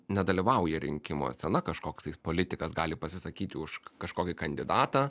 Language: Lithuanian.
nedalyvauja rinkimuose na kažkoks tai politikas gali pasisakyti už kažkokį kandidatą